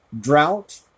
drought